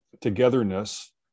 togetherness